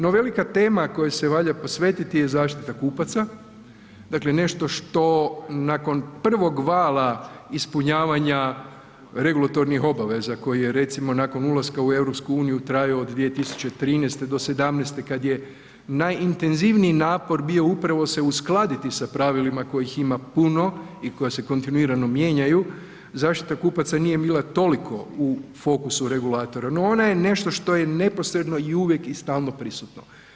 No velika tema kojoj se valja posvetiti je zaštita kupaca, dakle nešto što nakon prvog vala ispunjavanja regulatornih obaveza koji je recimo nakon ulaska u EU trajao od 2013. do '17. kad je najintenzivniji napor bio upravo se uskladiti sa pravilima kojih ima puno i koji se kontinuirano mijenjaju, zaštita kupaca nije bila toliko u fokusu regulatora, no ona je nešto što je neposredno i uvijek i stalno prisutno.